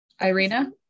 Irina